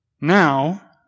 Now